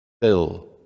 Bill